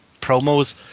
promos